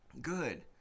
good